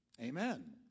Amen